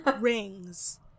rings